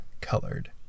colored